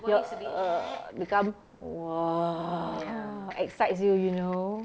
you become !wah! excites you you know